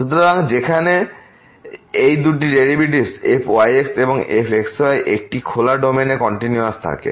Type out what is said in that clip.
সুতরাং যখন এই দুটি ডেরিভেটিভ fyx এবং fxy একটি খোলা ডোমেইনে কন্টিনিউয়াসথাকে